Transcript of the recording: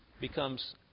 becomes